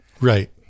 Right